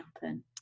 happen